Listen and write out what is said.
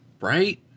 Right